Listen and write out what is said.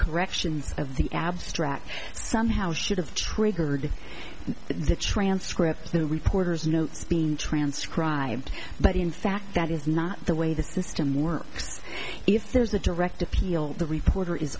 corrections of the abstract somehow should've triggered the transcript the reporter's notes being transcribed but in fact that is not the way the system works if there's a direct appeal the reporter is